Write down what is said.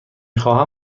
خواهم